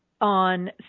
On